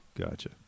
Gotcha